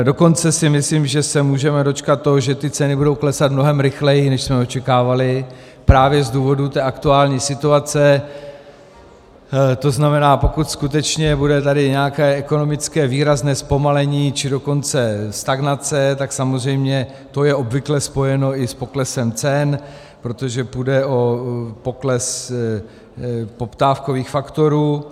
Dokonce si myslím, že se můžeme dočkat toho, že ceny budou klesat mnohem rychleji, než jsme očekávali, právě z důvodu aktuální situace, to znamená, pokud tady skutečně bude nějaké výrazné ekonomické zpomalení, či dokonce stagnace, tak samozřejmě to je obvykle spojeno i s poklesem cen, protože půjde o pokles poptávkových faktorů.